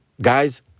Guys